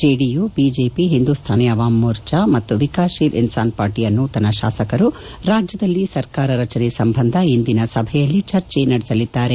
JDU BJP Hindustani Awam Morcha ಮತ್ತು Vikassheel Insaan ಪಾರ್ಟಿಯ ನೂತನ ಶಾಸಕರು ರಾಜ್ಯದಲ್ಲಿ ಸರ್ಕಾರ ರಚನೆ ಸಂಬಂಧ ಇಂದಿನ ಸಭೆಯಲ್ಲಿ ಚರ್ಚೆ ನಡೆಸಲಿದ್ದಾರೆ